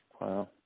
Wow